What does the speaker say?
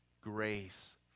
grace